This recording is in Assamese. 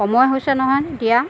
সময় হৈছে নহয় দিয়া